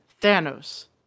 thanos